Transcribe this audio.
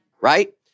right